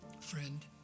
friend